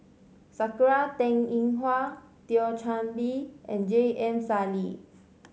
Sakura Teng Ying Hua Thio Chan Bee and J M Sali